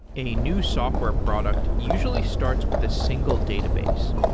a new software product usually starts with a single database.